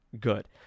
good